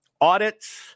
audits